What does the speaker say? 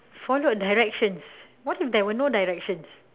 follow directions what if there were no direction